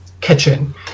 Kitchen